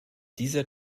dieser